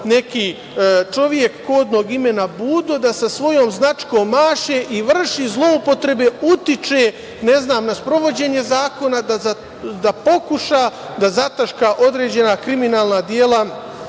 neki čovek kodnog imena Budo da sa svojom značkom maše i vrši zloupotrebe, utiče na sprovođenje zakona da pokuša da zataška određena kriminalna dela